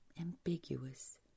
ambiguous